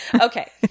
Okay